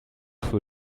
für